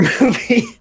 movie